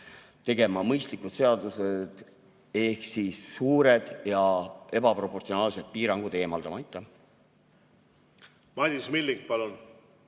tegema mõistlikud seadused ehk siis suured ja ebaproportsionaalsed piirangud eemaldama. Madis Milling, palun!